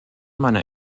meiner